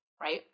right